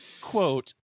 Quote